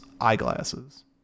eyeglasses